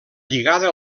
lligada